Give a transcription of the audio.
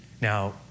Now